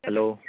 hello